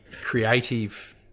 creative